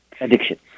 addiction